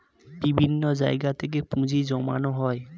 বিভিন্ন জায়গা থেকে পুঁজি জমানো হয়